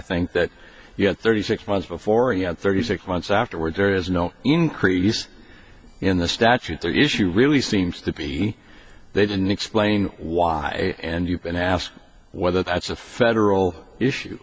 think that you had thirty six months before you had thirty six months afterwards there is no increase in the statute the issue really seems to be they didn't explain why and you've been asked whether that's a federal issue